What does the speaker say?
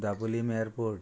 Dabolim airport